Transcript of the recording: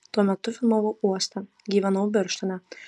tuo metu filmavau uostą gyvenau birštone